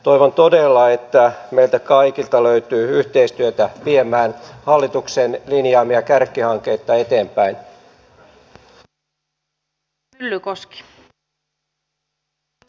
toivon todella että meiltä kaikilta löytyy yhteistyötä viemään hallituksen linjaamia kärkihankkeita eteenpäin